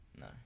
No